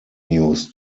news